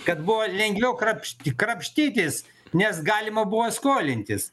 kad buvo lengviau krapšt krapštytis nes galima buvo skolintis